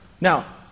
Now